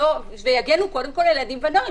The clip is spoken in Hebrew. ויגנו קודם כול על הילדים והנוער.